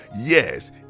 Yes